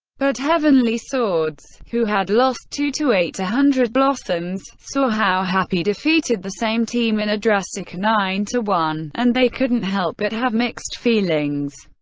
but heavenly swords, who had lost two to eight to hundred blossoms, saw how happy defeated the same team in a drastic nine to one, and they couldn't help but have mixed feelings.